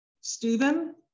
Stephen